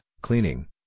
cleaning